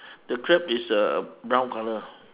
the crab is uh brown colour